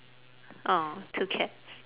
!aww! two cats